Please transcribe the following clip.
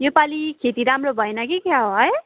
यो पाली खेती राम्रो भएन कि क्या हौ है